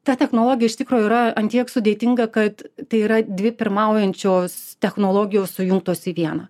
ta technologija iš tikro yra ant tiek sudėtinga kad tai yra dvi pirmaujančios technologijos sujungtos į vieną